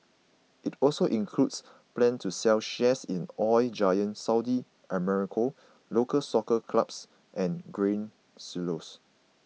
it also includes plans to sell shares in Oil Giant Saudi Aramco Local Soccer Clubs and Grain Silos